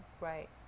Right